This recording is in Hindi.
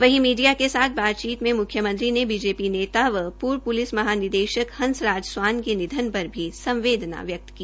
वहीं मीडिया के साथ बातचीत में मुख्यमंत्री ने बीजेपी नेता व पूर्व महानिदेशक हंस राज स्वान के निधन पर भी संवेदना व्यक्त की